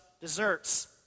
desserts